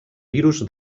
virus